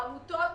העמותות